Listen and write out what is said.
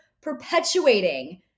perpetuating